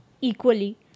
equally